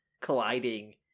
colliding